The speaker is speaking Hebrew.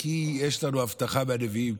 כי יש לנו הבטחה מהנביאים,